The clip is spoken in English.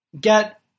get